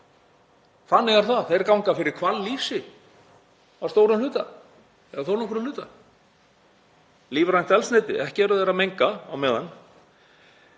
Þannig er það. Þeir ganga fyrir hvallýsi að stórum hluta eða þónokkrum hluta. Lífrænt eldsneyti — ekki eru þeir að menga á meðan.